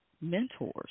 mentors